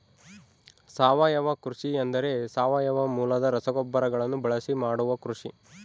ಸಾವಯವ ಕೃಷಿ ಎಂದರೆ ಸಾವಯವ ಮೂಲದ ರಸಗೊಬ್ಬರಗಳನ್ನು ಬಳಸಿ ಮಾಡುವ ಕೃಷಿ